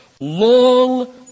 long